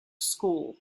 school